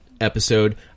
episode